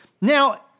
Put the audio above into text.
Now